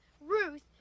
Ruth